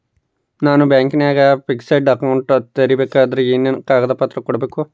ನಾನು ಬ್ಯಾಂಕಿನಾಗ fixed account ತೆರಿಬೇಕಾದರೆ ಏನೇನು ಕಾಗದ ಪತ್ರ ಕೊಡ್ಬೇಕು?